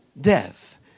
death